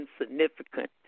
insignificant